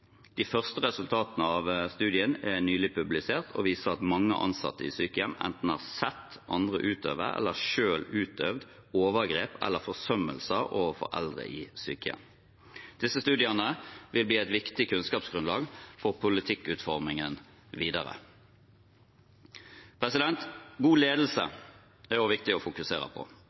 De første resultatene av studien er nylig publisert og viser at mange ansatte i sykehjem enten har sett andre utøve, eller selv utøvd, overgrep eller forsømmelser overfor eldre i sykehjem. Disse studiene vil bli et viktig kunnskapsgrunnlag for politikkutformingen videre. God ledelse er også viktig å fokusere på.